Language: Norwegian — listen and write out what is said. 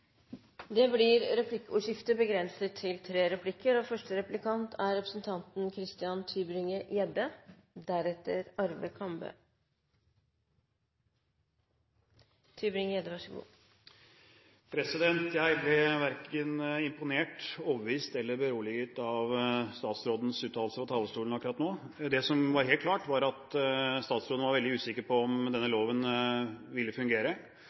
Det blir replikkordskifte. Jeg ble verken imponert, overbevist eller beroliget av statsrådens uttalelse på talerstolen akkurat nå. Det som var helt klart, var at statsråden var veldig usikker på om denne loven ville fungere.